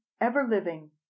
ever-living